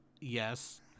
Yes